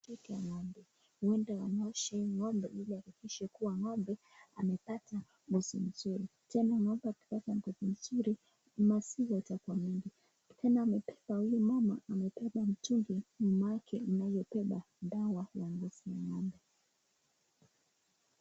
Hii ni ng'ombe, huneda anaosha hii ng'ombe ili kuhakikisha kuwa ng'ombe amepata ngozi mzuri, tena ng'ombe akipata ngozi nzuri maziwa itakuwa mingi, tena huyu mama amebeba mtungi, nyuma yake inayobeba dawa ya kunyunyuzia ng'ombe.